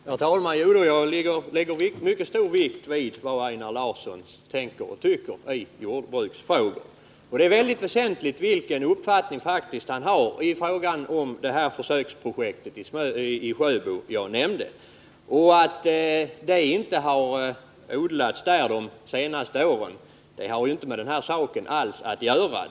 Herr talman! Jo då, jag fäster mycket stor vikt vid vad Einar Larsson tänker och tycker i jordbruksfrågor. Det är väldigt väsentligt vilken uppfattning han har i fråga om försöksprojektet i Sjöbo. Att det inte har odlats någonting där under de senaste åren har inte alls med denna sak att göra.